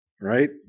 Right